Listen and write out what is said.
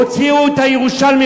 הוציאו את הירושלמים,